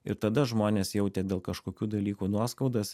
ir tada žmonės jautė dėl kažkokių dalykų nuoskaudas